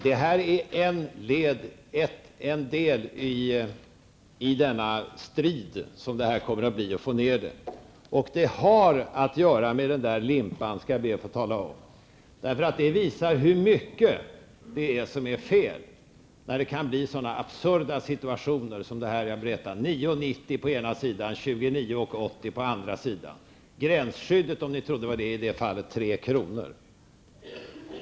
Det här är en del av den strid som det kommer att bli att få ned priserna. Det har att göra med den limpa som jag talade om, skall jag be att få tala om. Det faktum att det kan uppstå så absurda situationer som den som jag berättade om -- 9:90 på ena sidan och 29:80 på andra sidan; gränsskyddet är i det fallet 3 kr. -- visar hur mycket det är som är fel.